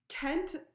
Kent